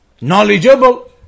knowledgeable